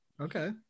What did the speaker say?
Okay